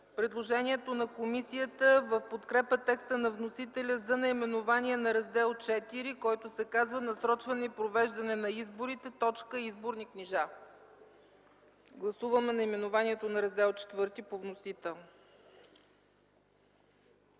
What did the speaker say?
предложението на комисията в подкрепа текста на вносителя за наименование на Раздел ІV, който се казва: „Насрочване и произвеждане на изборите. Изборни книжа.” Гласуваме наименованието на Раздел ІV по вносител.